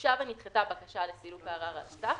הוגשה ונדחתה בקשה לסילוק הערר על הסף,